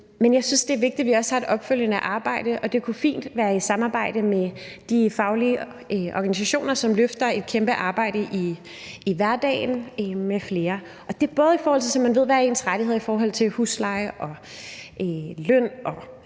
Men jeg synes, det er vigtigt, at vi også har et opfølgende arbejde, og det kunne fint være i samarbejde med de faglige organisationer, som løfter et kæmpe arbejde i hverdagen, og flere andre. Og det gælder i forhold til at vide, hvad ens rettigheder er i forhold til både husleje og løn og